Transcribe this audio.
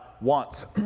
wants